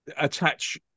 attach